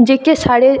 जेह्के साढ़े